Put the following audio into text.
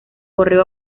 correo